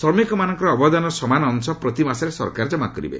ଶ୍ରମିକମାନଙ୍କର ଅବଦାନର ସମାନ ଅଂଶ ପ୍ରତି ମାସରେ ସରକାର ଜମା କରିବେ